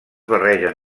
barregen